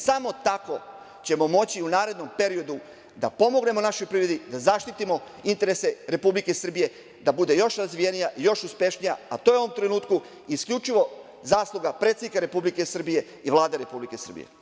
Samo tako ćemo moću u narednom periodu da pomognemo našoj privredi da zaštitimo interese Republike Srbije da bude još razvijenija, još uspešnija, a to je u ovom trenutku isključivo zasluga predsednika Republike Srbije i Vlade Republike Srbije.